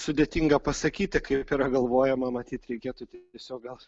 sudėtinga pasakyti kaip yra galvojama matyt reikėtų tiesiog gal